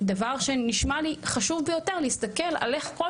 דבר שנשמע לי חשוב ביות להסתכל על איך כל